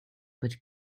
but